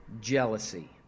jealousy